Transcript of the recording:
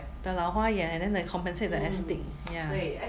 the 老花眼 and then like compensate the astig thing ya